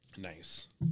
Nice